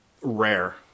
rare